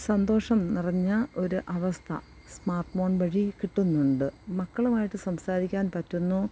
സന്തോഷം നിറഞ്ഞ ഒരു അവസ്ഥ സ്മാർട്ട് ഫോൺ വഴി കിട്ടുന്നുണ്ട് മക്കളുമായിട്ട് സംസാരിക്കാൻ പറ്റുന്നു